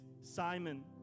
Simon